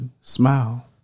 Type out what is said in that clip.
smile